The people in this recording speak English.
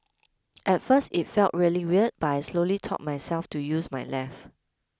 at first it felt really weird but I slowly taught myself to use my left